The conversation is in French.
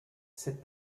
cette